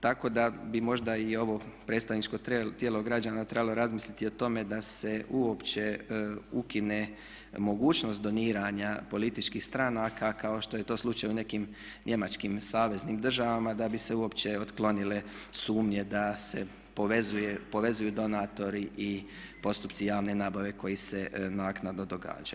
Tako da bi možda i ovo predstavničko tijelo građana trebalo razmisliti o tome da se uopće ukine mogućnost doniranja političkih stranaka kao što je to slučaj u nekim njemačkim saveznim državama da bi se uopće otklonile sumnje da se povezuju donatori i postupci javne nabave koji se naknadno događaju.